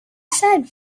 side